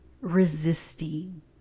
resisting